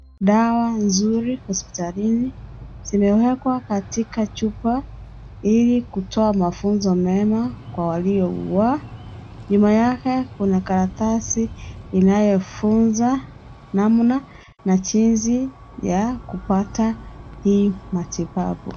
Dawa nzuri hospitalini zimewekwa katika chupa ili kutoa mafunzo mema kwa waliougua, nyuma yake kuna karatasi inayofunza namna na jinsi ya kupata hii matibabu.